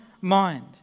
mind